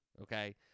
Okay